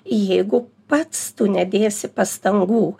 jeigu pats tu nedėsi pastangų